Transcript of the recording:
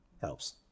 helps